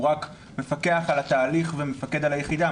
הוא רק מפקח על התהליך ומפקד על היחידה.